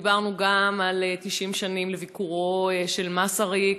דיברנו גם על 90 שנים לביקורו של מסריק,